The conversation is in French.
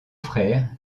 frère